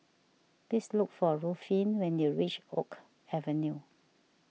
please look for Ruffin when you reach Oak Avenue